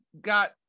got